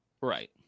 right